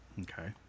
Okay